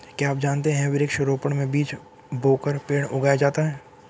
क्या आप जानते है वृक्ष रोपड़ में बीज बोकर पेड़ उगाया जाता है